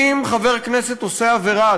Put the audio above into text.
אם חבר כנסת עושה עבירה,